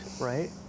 right